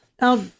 Now